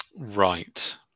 Right